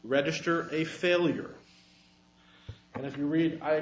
register a failure and if you read